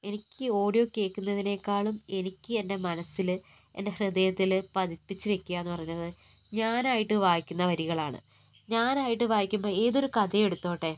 എനിക്ക് ഓഡിയോ കേൾക്കുന്നതിനേക്കാളും എനിക്ക് എൻ്റെ മനസ്സിൽ എൻ്റെ ഹൃദയത്തിൽ പതിപ്പിച്ചു വയ്ക്കുക എന്നു പറഞ്ഞത് ഞാനായിട്ട് വായിക്കുന്ന വരികളാണ് ഞാനായിട്ടു വായിക്കുമ്പോൾ ഏതൊരു കഥയും എടുത്തോട്ടെ